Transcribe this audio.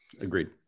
Agreed